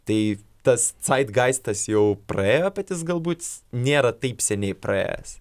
tai tas caidgaistas jau praėjo bet jis galbūt nėra taip seniai praėjęs